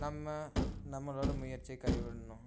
நம்ம நம்மளோடய முயற்சியை கை விடணும்